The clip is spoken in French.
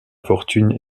fortune